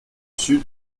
sud